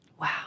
Wow